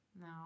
No